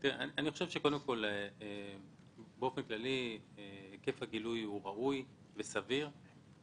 היקף הגילוי הוא ראוי וסביר.